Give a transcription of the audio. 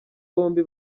bombi